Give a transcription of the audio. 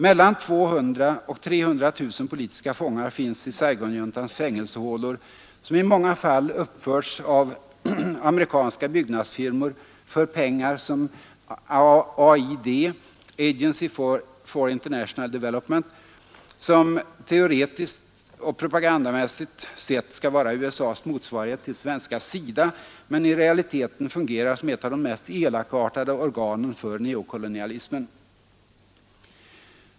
Mellan 200 000 och 300 000 politiska fångar finns i Saigonjuntans fängelsehålor, som i många fall uppförts av amerikanska byggnadsfirmor för pengar från AID — Agency for International Development —, som teoretiskt och propagandamässigt sett skall vara USA :s motsvarighet till svenska SIDA men i realiteten fungerar som ett av de mest elakartade organen för neokolonialismen.